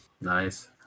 Nice